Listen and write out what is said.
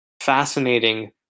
fascinating